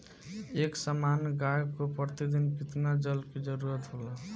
एक सामान्य गाय को प्रतिदिन कितना जल के जरुरत होला?